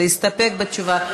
להסתפק בתשובה.